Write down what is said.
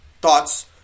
thoughts